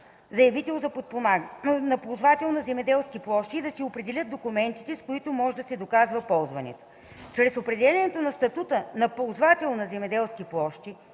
даде определение на ползвател на земеделски площи и да се определят документите, с които може да се доказва ползването. Чрез определянето на статута на ползвател на земеделски площи